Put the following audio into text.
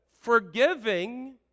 Forgiving